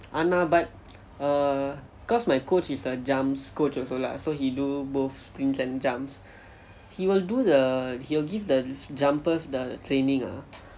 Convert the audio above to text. ஆனா:aana but err cause my coach is a jumps coach also lah so he do both sprints and jumps he will do the he'll give the jumpers the training ah